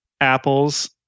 apples